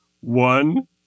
One